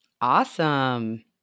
Awesome